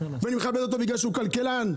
ואני מכבד אותו בגלל שהוא כלכלן,